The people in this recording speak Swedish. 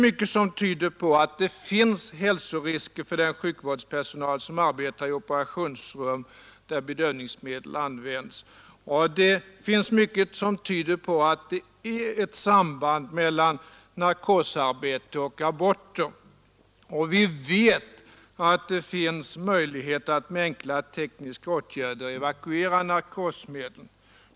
Mycket tyder på att det finns hälsorisker för den sjukvårdspersonal som arbetar i operationsrum där bedövningsmedel används, och mycket tyder på att det finns ett samband mellan narkosarbete och spontana aborter. Vi vet att det finns möjlighet att med enkla tekniska åtgärder evakuera narkosmedel.